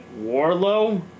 Warlow